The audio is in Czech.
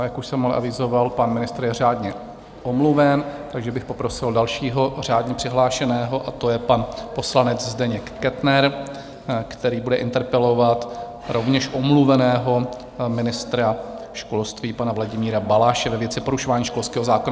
Jak už jsem ale avizoval, pan ministr je řádně omluven, takže bych poprosil dalšího řádně přihlášeného, a to je pan poslanec Zdeněk Kettner, který bude interpelovat rovněž omluveného ministra školství pana ministra Vladimíra Balaše ve věci porušování školského zákona.